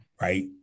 Right